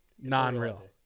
non-real